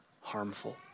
harmful